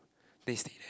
then he stay there